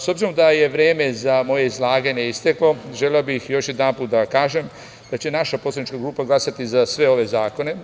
S obzirom da je vreme za moje izlaganje isteklo, želeo bih još jednom da kažem da će naša poslanička grupa glasati za sve ove zakone.